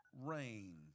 rain